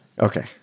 Okay